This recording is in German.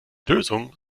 lösung